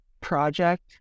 project